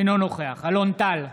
אינו נוכח אלון טל,